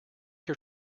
your